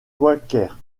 quakers